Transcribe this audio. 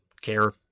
care